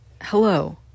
hello